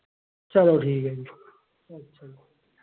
चलो ठीक ऐ फ्ही अच्छा